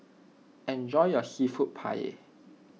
enjoy your Seafood Paella